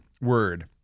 word